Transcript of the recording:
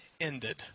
ended